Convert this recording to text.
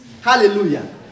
Hallelujah